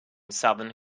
southern